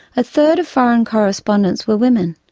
a third of foreign correspondents were women,